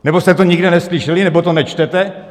Nebo jste to nikde neslyšeli, nebo to nečtete?